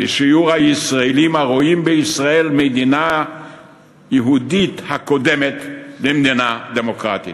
בשיעור הישראלים הרואים בישראל מדינה יהודית הקודמת למדינה דמוקרטית.